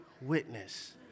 witness